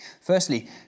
Firstly